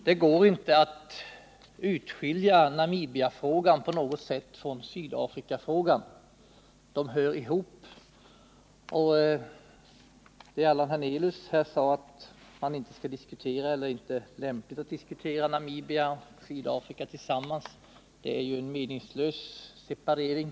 Det går inte på något sätt att skilja Namibiafrågan från Sydafrikafrågan, utan de hör ihop. Allan Hernelius sade att det inte är lämpligt att diskutera Namibia och Sydafrika tillsammans. Det är en meningslös separering.